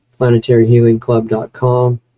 planetaryhealingclub.com